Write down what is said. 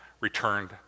returned